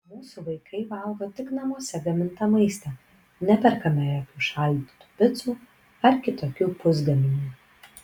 mūsų vaikai valgo tik namuose gamintą maistą neperkame jokių šaldytų picų ar kitokių pusgaminių